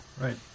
Right